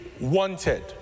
wanted